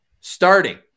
starting